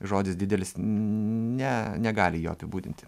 žodis didelis ne negali jo apibūdinti